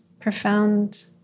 profound